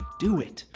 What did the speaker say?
do it.